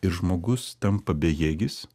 ir žmogus tampa bejėgis